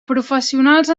professionals